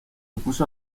opuso